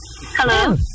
Hello